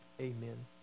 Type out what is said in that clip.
amen